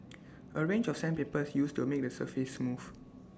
A range of sandpaper used to make the surface smooth